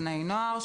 בני נוער,